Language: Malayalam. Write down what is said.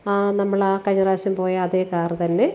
ആ നമ്മളാ കഴിഞ്ഞറാശം പോയ അതേ കാറ് തന്നെ